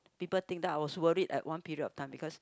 people think that I was worried at one period of time because